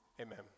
amen